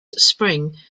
spring